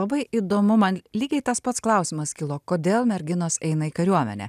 labai įdomu man lygiai tas pats klausimas kilo kodėl merginos eina į kariuomenę